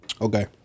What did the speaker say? Okay